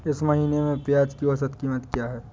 इस महीने में प्याज की औसत कीमत क्या है?